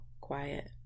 quiet